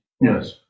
yes